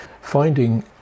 Finding